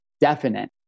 definite